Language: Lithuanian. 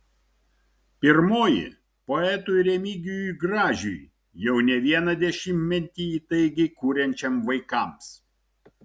pirmoji poetui remigijui gražiui jau ne vieną dešimtmetį įtaigiai kuriančiam vaikams